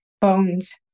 bones